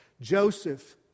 Joseph